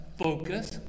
Focus